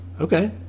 okay